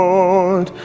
Lord